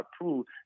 approved